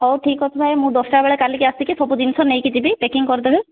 ହଉ ଠିକ୍ ଅଛି ଭାଇ ମୁଁ ଦଶଟା ବେଳେ କାଲିକି ଆସିକି ସବୁ ଜିନିଷ ନେଇକି ଯିବି ପ୍ୟାକିଂ କରିଦେବେ